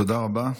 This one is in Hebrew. תודה רבה.